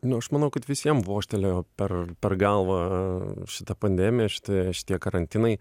nu aš manau kad visiem vožtelėjo per galvą šita pandemija šitie šitie karantinai